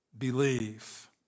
Believe